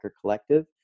Collective